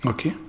Okay